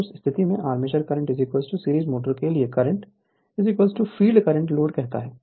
तो उस स्थिति में आर्मेचर करंट सीरीज मोटर के लिए करंट फील्ड करंट लोड करता है